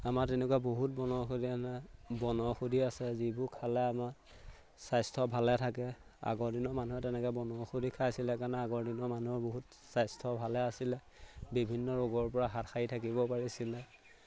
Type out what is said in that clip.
আমাৰ তেনেকুৱা বহুত বনৌষধি আনে বনৌষধি আছে যিবোৰ খালে আমাৰ স্বাস্থ্য ভালে থাকে আগৰ দিনৰ মানুহে তেনেকৈ বনৌষধি খাইছিলে কাৰণে আগৰ দিনৰ মানুহৰ বহুত স্বাস্থ্য ভালে আছিলে বিভিন্ন ৰোগৰ পৰা হাত সাৰি থাকিব পাৰিছিলে